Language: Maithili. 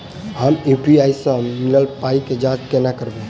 हम यु.पी.आई सअ मिलल पाई केँ जाँच केना करबै?